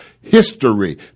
history